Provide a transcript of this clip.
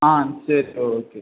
ஆ சரி ஒ ஓகே